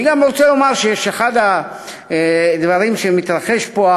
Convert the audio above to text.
אני גם רוצה לומר, אחד הדברים שמתרחש פה,